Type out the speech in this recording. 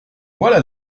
voilà